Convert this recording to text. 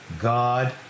God